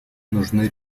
нужны